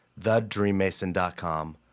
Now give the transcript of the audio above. thedreammason.com